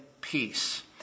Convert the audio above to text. peace